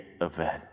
event